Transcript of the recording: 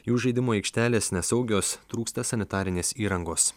jų žaidimų aikštelės nesaugios trūksta sanitarinės įrangos